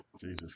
Jesus